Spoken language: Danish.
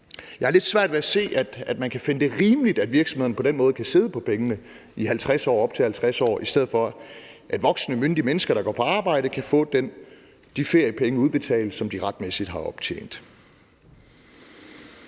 Jeg har lidt svært ved at se, at man kan finde det rimeligt, at virksomhederne på den måde kan sidde på pengene i op til 50 år, i stedet for at voksne, myndige mennesker, der går på arbejde, kan få de feriepenge udbetalt, som de retmæssigt har optjent.